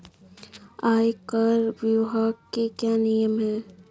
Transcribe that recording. आयकर विभाग के क्या नियम हैं?